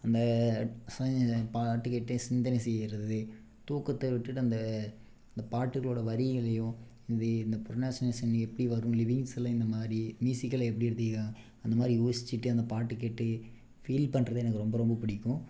அந்த பாட்டு கேட்டுகிட்டே சிந்தனை செய்யுறது தூக்கத்தை விட்டுவிட்டு அந்த அந்த பாட்டுகளோட வரிகளையும் இந்த ப்ரோனோசியேஷன் எப்படி வரும் லிவ்விங்ஸ் எல்லாம் இந்தமாதிரி மியூசிக்கள் எப்படி எடுத்துகிறான் அந்தமாதிரி யோசிச்சுட்டு அந்த பாட்டு கேட்டுகிட்டு ஃபீல் பண்ணுறது எனக்கு ரொம்ப ரொம்ப பிடிக்கும்